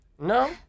No